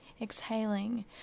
Exhaling